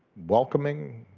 welcoming,